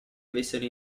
avessero